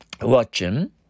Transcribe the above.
watching